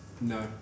No